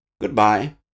Goodbye